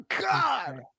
God